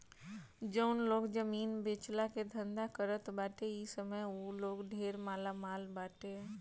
जउन लोग जमीन बेचला के धंधा करत बाटे इ समय उ लोग ढेर मालामाल बाटे